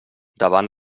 davant